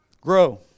Grow